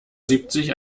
siebzig